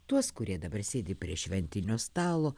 tuos kurie dabar sėdi prie šventinio stalo